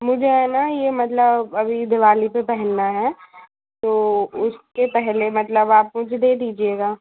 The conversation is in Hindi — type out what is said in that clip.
मुझे है ना ये मतलब अभी दिवाली पे पहनना है तो उसके पहले मतलब आप मझे दे दीजिएगा